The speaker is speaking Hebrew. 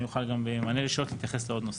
אני אוכל גם במענה לשאלות להתייחס לעוד נושאים.